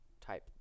type –